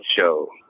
Show